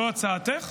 זו הצעתך,